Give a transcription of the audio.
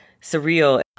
surreal